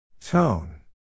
Tone